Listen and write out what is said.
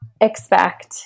expect